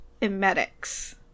emetics